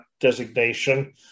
designation